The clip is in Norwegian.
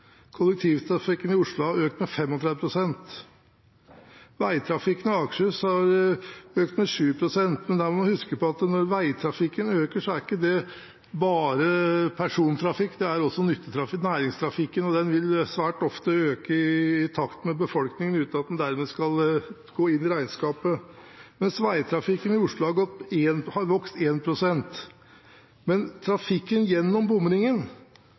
men der må vi huske på at når veitrafikken øker, er ikke det bare persontrafikk, det er også næringstrafikk, og den vil svært ofte øke i takt med befolkningen, uten at den dermed skal gå inn i regnskapet – mens veitrafikken i Oslo har vokst 1 pst. Men trafikken gjennom bomringen